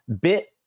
bit